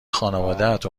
خانوادت